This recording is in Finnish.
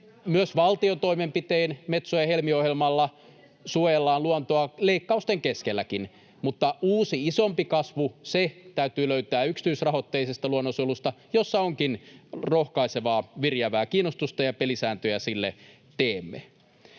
Myös valtion toimenpitein Metso‑ ja Helmi-ohjelmilla suojellaan luontoa leikkausten keskelläkin, mutta uusi, isompi kasvu täytyy löytää yksityisrahoitteisesta luonnonsuojelusta, jossa onkin rohkaisevaa viriävää kiinnostusta, ja sille teemme